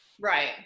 Right